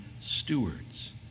stewards